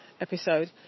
episode